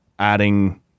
adding